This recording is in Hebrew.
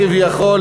כביכול,